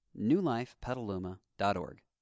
newlifepetaluma.org